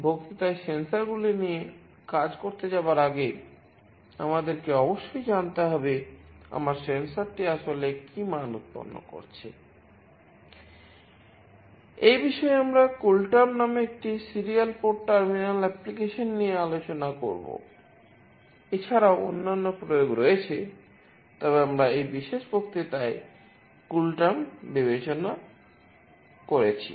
বক্তৃতায় সেন্সর বিবেচনা করেছি